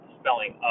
spelling